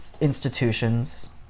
institutions